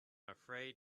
afraid